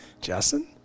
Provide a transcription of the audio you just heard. Justin